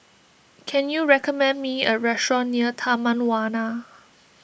can you recommend me a restaurant near Taman Warna